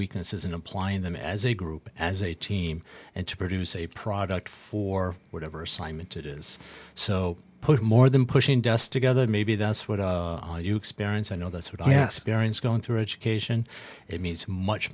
weaknesses and applying them as a group as a team and to produce a product for whatever assignment it is so put more than pushing dust together maybe that's what you experience i know that's what i'm going through education it means much